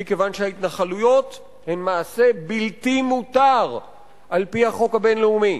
מכיוון שההתנחלויות הן מעשה בלתי מותר על-פי החוק הבין-לאומי,